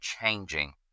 changing